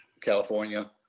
California